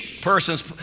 persons